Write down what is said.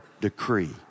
decree